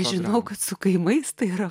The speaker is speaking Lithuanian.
žinau kad su kaimais tai yra